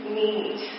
need